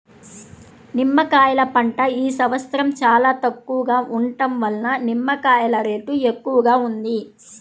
నిమ్మకాయల పంట ఈ సంవత్సరం చాలా తక్కువగా ఉండటం వలన నిమ్మకాయల రేటు ఎక్కువగా ఉంది